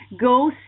go